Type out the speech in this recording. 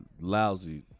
lousy